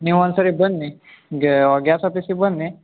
ನೀವು ಒಂದು ಸರಿ ಬನ್ನಿ ಗ್ಯಾಸ್ ಆಫೀಸಿಗೆ ಬನ್ನಿ